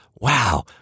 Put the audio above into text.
Wow